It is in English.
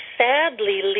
sadly